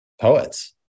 poets